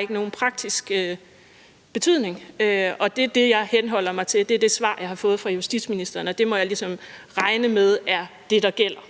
ikke nogen praktisk betydning, og det er det, jeg henholder mig til. Det er det svar, jeg har fået fra justitsministeren, og det må jeg ligesom regne med er det, der gælder.